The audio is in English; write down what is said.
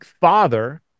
father